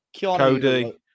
Cody